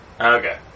Okay